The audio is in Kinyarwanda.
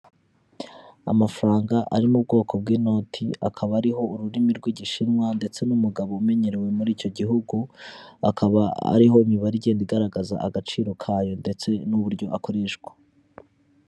Amafaranga ari mu bwoko bw'inoti akaba ariho ururimi rw'igishinwa ndetse n'umugabo umenyerewe muri icyo gihugu, akaba ariho imibare igenda igaragaza agaciro kayo, ndetse n'uburyo akoreshwa.